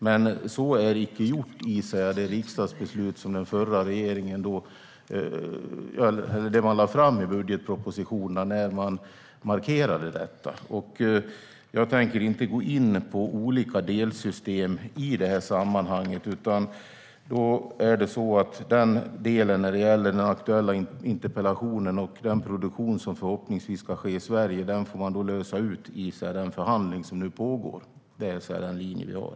Men så är icke gjort i det förslag som den förra regeringen lade fram i budgetpropositionen när man markerade detta. Jag tänker inte gå in på olika delsystem i sammanhanget. När det gäller den aktuella interpellationen om den produktion som förhoppningsvis ska ske i Sverige får man lösa frågan i den förhandling som nu pågår. Det är den linje vi har.